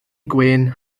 gwên